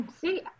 See